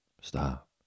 stop